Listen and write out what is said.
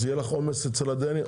זה ייצור עומס על הדיינים.